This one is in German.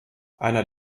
einer